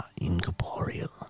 incorporeal